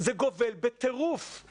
זה גובל בטירוף.